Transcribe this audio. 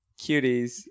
cuties